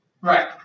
Right